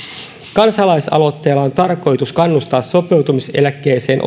kansalaisaloitteella on tarkoitus kannustaa sopeutumiseläkkeeseen